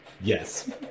Yes